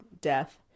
death